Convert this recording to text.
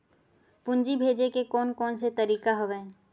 पूंजी भेजे के कोन कोन से तरीका हवय?